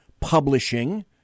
publishing